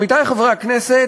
עמיתי חברי הכנסת,